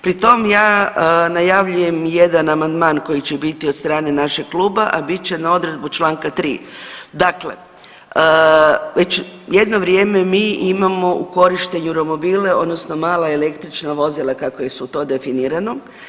Pri tom ja najavljujem jedan amandman koji će biti od strane našeg kluba, a bit će na odredbu Članka 3. Dakle, već jedno vrijeme mi imamo u korištenju romobile odnosno mala električna vozila kako su jesu to definirano.